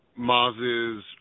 Maz's